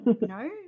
no